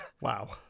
wow